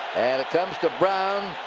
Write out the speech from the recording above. and it comes to brown.